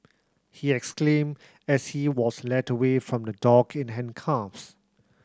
he exclaimed as he was led away from the dock in handcuffs